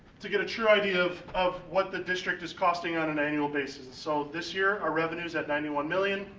to get a true idea of of what the district is costing on an annual basis. so this year, our revenue's at ninety one million,